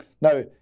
Now